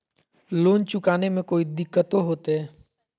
Loan चुकाने में कोई दिक्कतों होते?